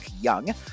Young